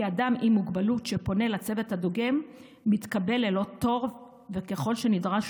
אדם עם מוגבלות שפונה לצוות הדוגם מתקבל ללא תור וככל שנדרש,